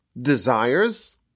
Desires